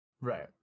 right